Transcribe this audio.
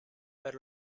per